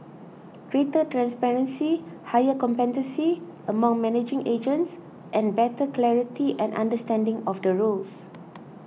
greater transparency higher competency among managing agents and better clarity and understanding of the rules